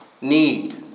need